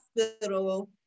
hospital